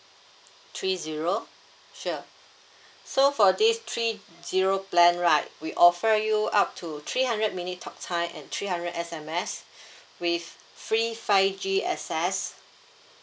three zero sure so for these three zero plan right we offer you up to three hundred minute talk time and three hundred S_M_S with free five G access